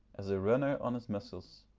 as the runner on his muscles.